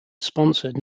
sponsored